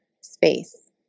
space